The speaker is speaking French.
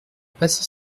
pacy